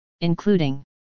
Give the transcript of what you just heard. including